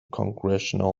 congressional